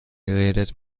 geredet